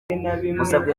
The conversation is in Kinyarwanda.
musabwe